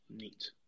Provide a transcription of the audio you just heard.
Neat